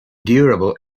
durable